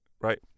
right